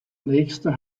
nächster